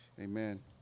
Amen